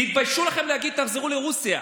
תתביישו לכם להגיד "תחזרו לרוסיה".